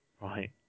Right